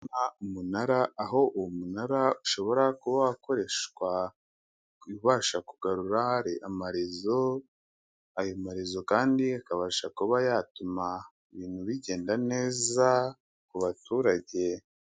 Umunara, aho uwo munara ushobora kuba wakoreshwa ku bibasha kugarura amarezo, ayo marezo kandi akabasha kuba yatuma ibintu bigenda neza ku baturage.